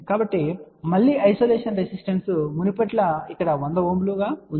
కాబట్టి మళ్ళీ isolation resistance మునుపటి లా ఇక్కడ 100 Ω గా ఉంది